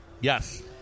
Yes